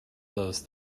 those